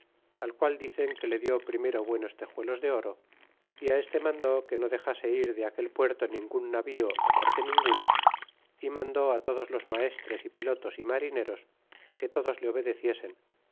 al qual dicen que le di primero buenos tejuelos de oro y este mandó que no dexase ir de aquel puerto ningun navío parte ninguna y mandó á todos los maestres y pilotos y marineros que todos le